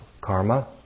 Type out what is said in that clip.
karma